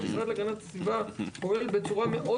המשרד להגנת הסביבה פועל בצורה מאוד